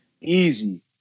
Easy